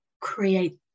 create